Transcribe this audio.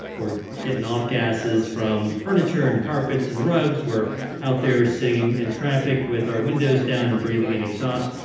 we're getting off gasses from furniture and carpets and rugs we're out there sitting in traffic with our windows down and breathing in exhaust.